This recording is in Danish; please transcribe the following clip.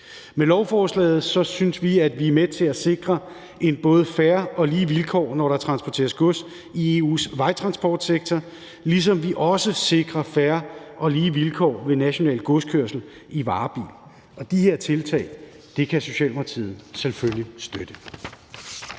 Med lovforslaget synes vi, at vi er med til at sikre både fair og lige vilkår, når der transporteres gods i EU's vejtransportsektor, ligesom vi også sikrer fair og lige vilkår ved national godskørsel i varebil, og de her tiltag kan Socialdemokratiet selvfølgelig støtte.